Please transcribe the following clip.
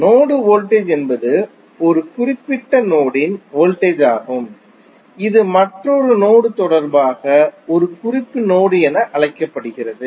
node voltage என்பது ஒரு குறிப்பிட்ட நோடின் வோல்டேஜ் ஆகும் இது மற்றொரு நோடு தொடர்பாக ஒரு குறிப்பு நோடு என அழைக்கப்படுகிறது